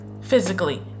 physically